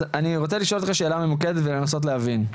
אז אני רוצה לשאול אותך שאלה ממוקדת ולנסות להבין.